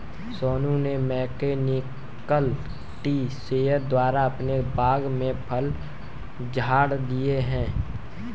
सोनू ने mechanical tree shaker द्वारा अपने बाग के फल झाड़ लिए है